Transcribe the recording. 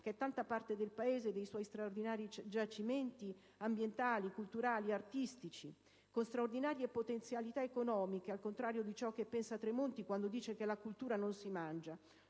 che è tanta parte del Paese, con i suoi straordinari giacimenti ambientali, culturali, artistici, con straordinarie potenzialità economiche, al contrario di ciò che pensa Tremonti quando dice che la cultura non si mangia.